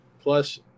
plus